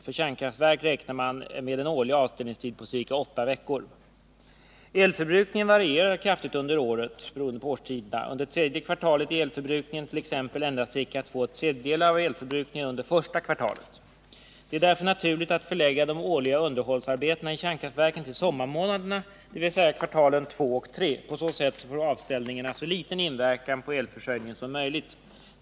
För kärnkraftverk räknar man med en årlig avställningstid på ca åtta veckor. Elförbrukningen varierar kraftigt under året beroende på årstiderna. Under tredje kvartalet är elförbrukningen t.ex. endast ca två tredjedelar av elförbrukningen under första kvartalet. Det är därför naturligt att förlägga de årliga underhållsarbetena i kärnkraftverken till sommarmånaderna, dvs. kvartalen två och tre. På så sätt får avställningarna så liten inverkan på elförsörjningen som möjligt.